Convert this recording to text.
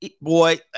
Boy